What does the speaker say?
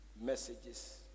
messages